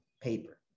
paper